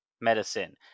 medicine